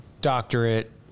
doctorate